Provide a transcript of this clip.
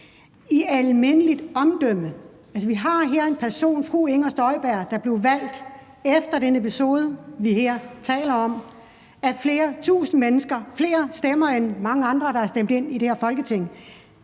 i almindeligt omdømme. Altså, vi har her en person, fru Inger Støjberg, der er blevet valgt efter den episode, vi her taler om, af flere tusind mennesker – flere stemmer end mange andre, der er stemt ind i det her Folketing